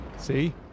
See